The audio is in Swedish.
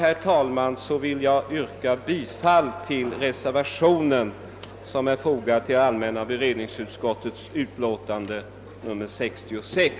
Med det anförda vill jag yrka bifall till den reservation som är fogad till allmänna beredningsutskottets utlåtande nr 66.